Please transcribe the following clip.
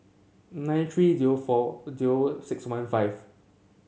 nine three zero four zero six one five